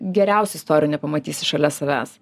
geriausių istorijų nepamatysi šalia savęs